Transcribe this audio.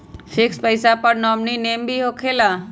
Fix पईसा पर nominee name भी होकेला?